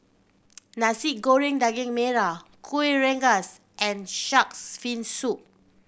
Nasi Goreng Daging Merah Kuih Rengas and Shark's Fin Soup